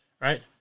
Right